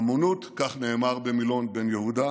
עמונות, כך נאמר במלון בן יהודה,